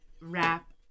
rap